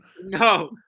No